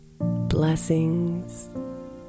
Blessings